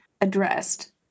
addressed